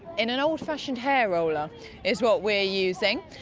in an old fashioned hair roller is what we're using.